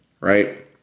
right